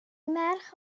merch